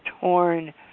torn